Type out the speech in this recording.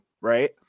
right